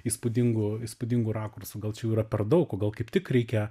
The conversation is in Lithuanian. įspūdingu įspūdingu rakursu gal čia jau yra per daug o gal kaip tik reikia